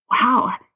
wow